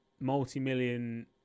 multi-million